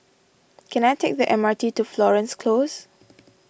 can I take the M R T to Florence Close